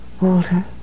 Walter